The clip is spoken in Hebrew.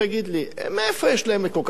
מאיפה יש להם כל כך הרבה כסף?